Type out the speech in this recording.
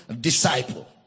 disciple